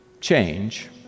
change